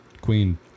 queen